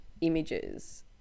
images